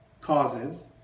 causes